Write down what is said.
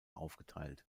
aufgeteilt